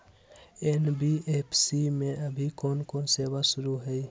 NBFC में अभी कोन कोन सेवा शुरु हई?